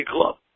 Club